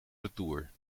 retour